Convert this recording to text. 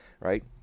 right